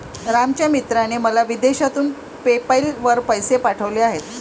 रामच्या मित्राने मला विदेशातून पेपैल वर पैसे पाठवले आहेत